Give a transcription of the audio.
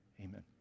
Amen